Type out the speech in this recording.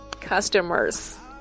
customers